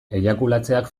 eiakulatzeak